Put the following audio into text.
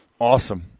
Awesome